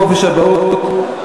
חופשת אבהות),